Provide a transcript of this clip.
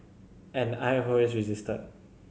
and I have always resisted